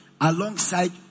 alongside